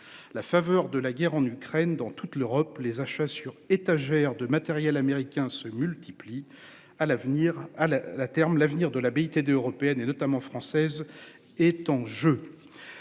la faveur de la guerre en Ukraine dans toute l'Europe les achats sur étagères de matériel américain se multiplient à l'avenir. Ah la la terme l'avenir de l'abbaye aide européenne et notamment française est en jeu.